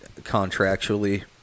contractually